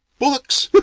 books!